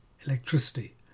electricity